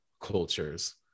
cultures